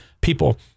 people